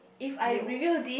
you always